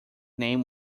name